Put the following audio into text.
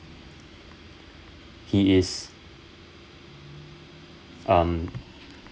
he is um